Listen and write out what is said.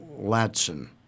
Latson